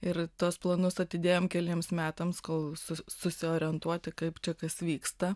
ir tuos planus atidėjom keliems metams kol su susiorientuoti kaip čia kas vyksta